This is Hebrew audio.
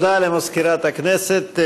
תודה למזכירת הכנסת.